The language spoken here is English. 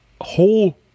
whole